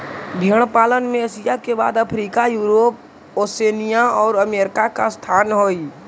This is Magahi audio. भेंड़ पालन में एशिया के बाद अफ्रीका, यूरोप, ओशिनिया और अमेरिका का स्थान हई